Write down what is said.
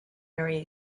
very